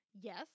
Yes